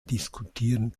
diskutieren